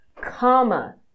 comma